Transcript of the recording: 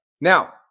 Now